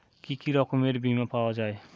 কি কি রকমের বিমা পাওয়া য়ায়?